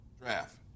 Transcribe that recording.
draft